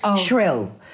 Shrill